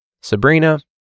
Sabrina